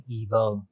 evil